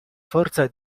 forza